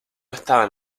estaban